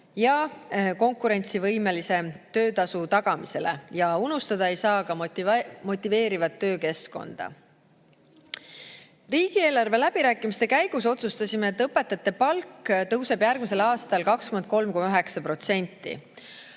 ja konkurentsivõimelise töötasu tagamisele. Unustada ei saa ka motiveerivat töökeskkonda. Riigieelarve läbirääkimiste käigus otsustasime, et õpetajate palk tõuseb järgmisel aastal 23,9%.